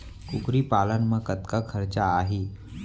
कुकरी पालन म कतका खरचा आही?